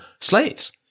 slaves